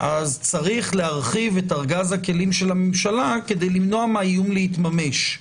יש להרחיב את ארגז הכלים של הממשלה כדי למנוע מהאיום להתממש.